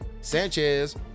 Sanchez